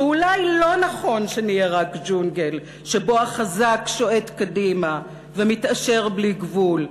שאולי לא נכון שנהיה רק ג'ונגל שבו החזק שועט קדימה ומתעשר בלי גבול,